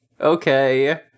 Okay